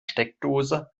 steckdose